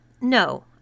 No